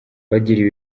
bagiriye